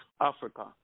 Africa